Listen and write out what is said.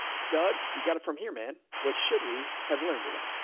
doug. you got it from here, man. what should we have learned today?